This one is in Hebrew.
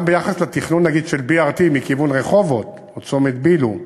גם ביחס לתכנון של BRT מכיוון רחובות או צומת ביל"ו,